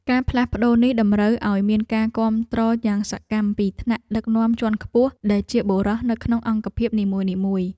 ការផ្លាស់ប្ដូរនេះ តម្រូវឱ្យមានការគាំទ្រយ៉ាងសកម្មពីថ្នាក់ដឹកនាំជាន់ខ្ពស់ដែលជាបុរសនៅក្នុងអង្គភាពនីមួយៗ។